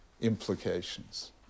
implications